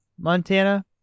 Montana